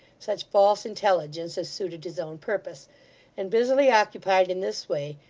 such false intelligence as suited his own purpose and, busily occupied in this way,